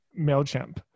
MailChimp